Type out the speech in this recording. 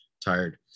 tired